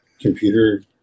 computer